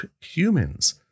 humans